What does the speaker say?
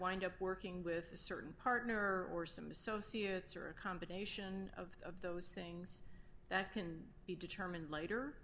wind up working with a certain partner or some associates or a combination of those things that can be determined later